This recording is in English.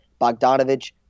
Bogdanovich